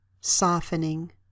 softening